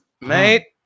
mate